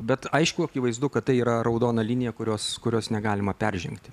bet aišku akivaizdu kad tai yra raudona linija kurios kurios negalima peržengti